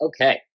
okay